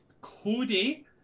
Cody